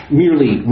merely